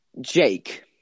Jake